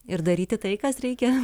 ir daryti tai kas reikia